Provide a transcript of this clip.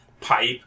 pipe